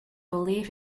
belief